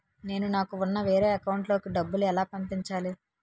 నేను నాకు ఉన్న వేరే అకౌంట్ లో కి డబ్బులు ఎలా పంపించాలి?